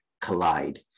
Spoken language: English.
collide